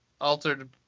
altered